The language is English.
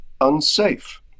unsafe